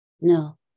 No